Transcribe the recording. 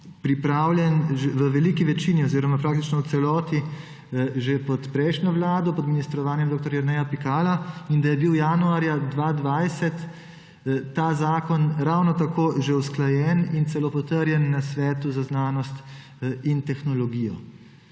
pripravljen v veliki večini oziroma praktično v celoti že pod prejšnjo vlado, pod ministrovanjem dr. Jerneja Pikala in da je bil januarja 2020 ta zakon ravno tako že usklajen in celo potrjen na Svetu za znanost in tehnologijo.